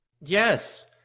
yes